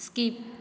skip